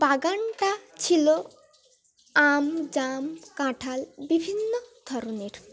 বাগানটা ছিল আম জাম কাঁঠাল বিভিন্ন ধরনের